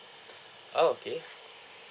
oh okay